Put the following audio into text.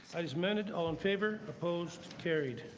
as amended all in favor, opposed carried.